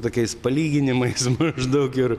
tokiais palyginimais maždaug ir